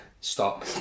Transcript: Stop